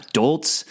Adults